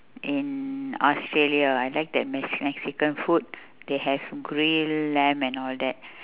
in australia I like their mex~ mexican food they have grilled lamb and all that